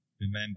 Remember